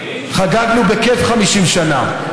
חגגנו בכיף 50 שנה.